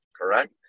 correct